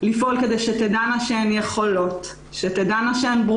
לפעול כדי שהן תדענה שהן יכולות,